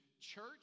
church